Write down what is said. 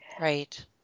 Right